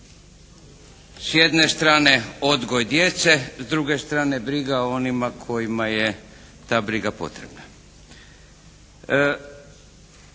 S jedne strane odgoj djece, s druge strane briga o onima kojima je ta briga potrebna.